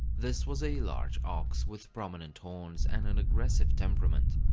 this was a large ox, with proeminent horns, and an aggressive temperament.